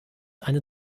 eine